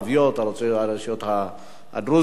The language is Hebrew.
הרשויות הדרוזיות,